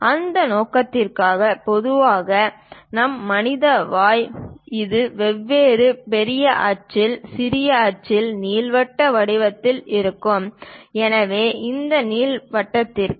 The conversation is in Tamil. அந்த நோக்கத்திற்காக பொதுவாக நம் மனித வாய் இது வெவ்வேறு பெரிய அச்சின் சிறிய அச்சின் நீள்வட்ட வடிவத்தில் இருக்கும் எனவே ஒரு நீள்வட்டத்திற்கு